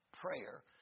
prayer